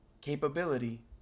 Capability